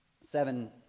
seven